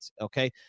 okay